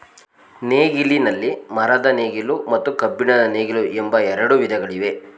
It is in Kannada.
ನೇಗಿಲಿನಲ್ಲಿ ಮರದ ನೇಗಿಲು ಮತ್ತು ಕಬ್ಬಿಣದ ನೇಗಿಲು ಎಂಬ ಎರಡು ವಿಧಗಳಿವೆ